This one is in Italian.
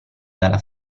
dalla